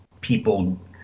people